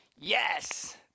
yes